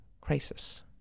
crisis